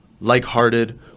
like-hearted